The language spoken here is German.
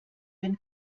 wenn